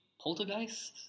Poltergeist